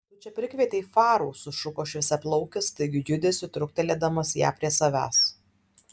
tu čia prikvietei farų sušuko šviesiaplaukis staigiu judesiu truktelėdamas ją prie savęs